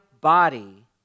body